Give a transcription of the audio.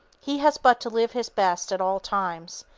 he has but to live his best at all times,